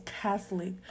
catholic